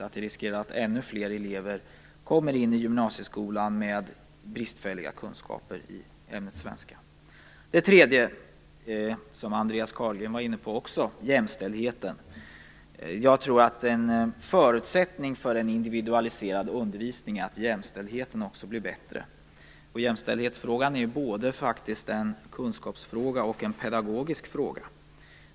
Det finns risk att ännu fler elever kommer in i gymnasieskolan med bristfälliga kunskaper i ämnet svenska. Det tredje området som jag vill ta upp gäller jämställdheten; det var Andreas Carlgren också inne på. Jag tror att en förutsättning för en individualiserad undervisning är att jämställdheten blir bättre. Jämställdhetsfrågan är faktiskt både en kunskapsfråga och en pedagogisk fråga.